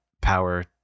power